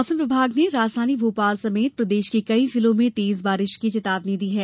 मौसम मौसम विभाग ने राजधानी भोपाल समेत प्रदेश के कई जिलों में तेज बारिश की चेतावनी दी है